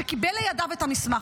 שקיבל לידיו את המסמך.